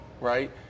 right